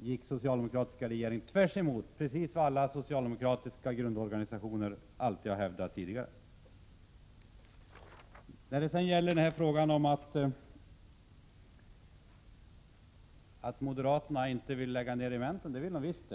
gick den socialdemokratiska regeringens ställningstagande tvärt emot vad alla socialdemokratiska grundorganisationer alltid har hävdat. Så till påståendet att moderaterna inte vill lägga ned regementen. Det vill de visst!